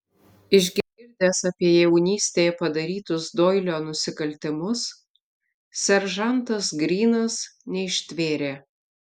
išgirdęs apie jaunystėje padarytus doilio nusikaltimus seržantas grynas neištvėrė